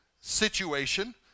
situation